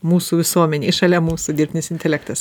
mūsų visuomenėj šalia mūsų dirbtinis intelektas